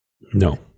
no